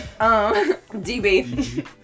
db